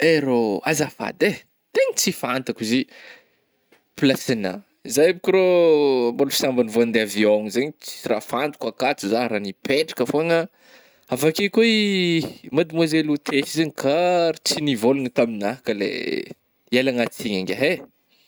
Eh rôh azafady eh, tegna tsy fantako izy ih, plasigna. Zah io mba karô ôh mbôla sambagny vô andeha avion zegny tsisy raha fantako akato zah raha nipetraka foagna, avy akeo koa mademoazelo hôtesy zegny kaaah tsy nivôlagna taminah ka le, ialagna tsigny ngiahy eh.